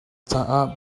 caah